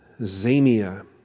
Zamia